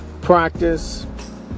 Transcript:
Practice